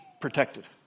protected